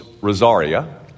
Rosaria